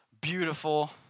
beautiful